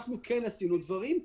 אנחנו כן עשינו דברים,